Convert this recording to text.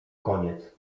koniec